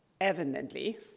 Evidently